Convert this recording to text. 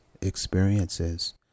experiences